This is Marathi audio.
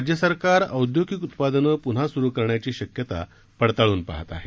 राज्य सरकार औद्योगिक उत्पादनं पुन्हा सुरू करण्याची शक्यता पडताळून पाहत आहे